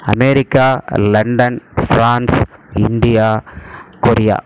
America London France India Korea